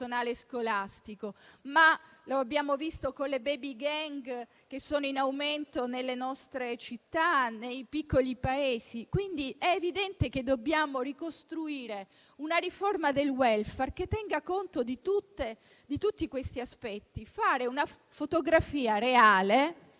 anche attraverso le *baby gang* che sono in aumento nelle nostre città e nei piccoli paesi. È quindi evidente che dobbiamo ricostruire una riforma del *welfare* che tenga conto di tutti questi aspetti. Bisogna fare una fotografia reale